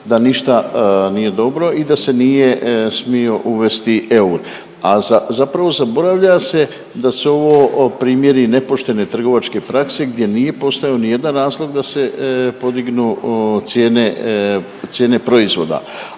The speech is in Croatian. da ništa nije dobro i da se nije smio uvesti eur, a zapravo zaboravlja se da su ovo primjeri nepoštene trgovačke prakse gdje nije postojao ni jedan razlog da se podignu cijene, cijene proizvoda,